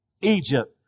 Egypt